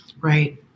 Right